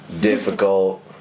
difficult